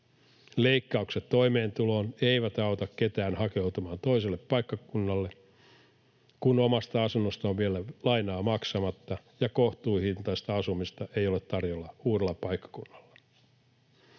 Leikkaukset toimeentuloon eivät auta ketään hakeutumaan toiselle paikkakunnalle, kun omasta asunnosta on vielä lainaa maksamatta ja kohtuuhintaista asumista ei ole tarjolla uudella paikkakunnalla.